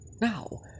now